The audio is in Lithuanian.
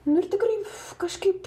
nu ir tikrai kažkaip